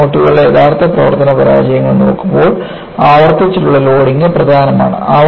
ലോക്കോമോട്ടീവുകളുടെ യഥാർത്ഥ പ്രവർത്തന പരാജയങ്ങൾ നോക്കുമ്പോൾ ആവർത്തിച്ചുള്ള ലോഡിംഗ് പ്രധാനമാണ്